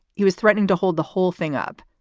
he was threatening to hold the whole thing up,